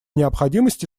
необходимости